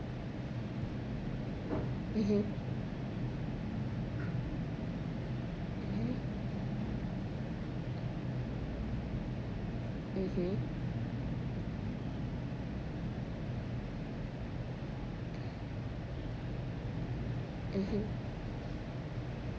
mmhmm mmhmm mmhmm